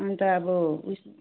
अन्त अब उस